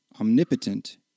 omnipotent